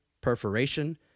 perforation